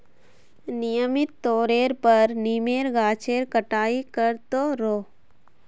नियमित तौरेर पर नीमेर गाछेर छटाई कर त रोह